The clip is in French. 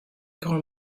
grand